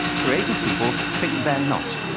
creative people think they're not,